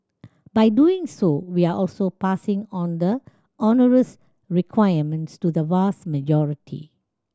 by doing so we are also passing on the onerous requirements to the vast majority